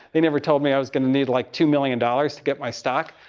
they never told me i was going to need like two million dollars to get my stock,